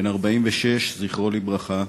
בן 46, זכרו לברכה,